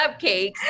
cupcakes